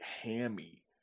hammy